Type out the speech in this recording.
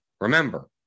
Remember